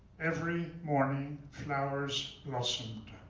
every morning flowers blossomed.